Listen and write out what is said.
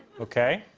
okay.